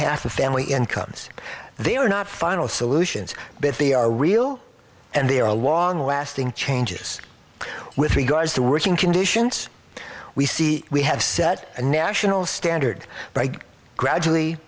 half of family incomes they are not final solutions but they are real and they are long lasting changes with regards to working conditions we see we have set a national standard by gradually